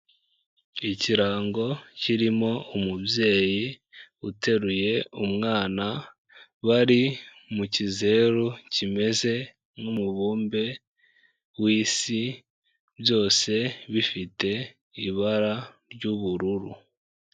Ikirango kirimo umubyeyi uteruye umwana, bari mu kizeru kimeze nk'umubumbe w'Isi, byose bifite ibara ry'ubururu.